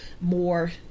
more